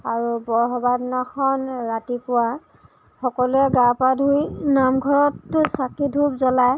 আৰু বৰসবাহ দিনাখন ৰাতিপুৱা সকলোৱে গা পা ধুই নামঘৰততো চাকি ধূপ জ্বলায়